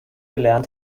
gelernt